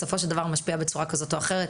בסופו של דבר משפיע בצורה כזאת או אחרת